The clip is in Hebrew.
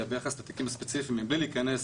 ביחס לתיקים הספציפיים מבלי להיכנס